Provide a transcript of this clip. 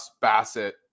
Bassett